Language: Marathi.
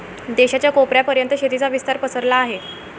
देशाच्या कोपऱ्या पर्यंत शेतीचा विस्तार पसरला आहे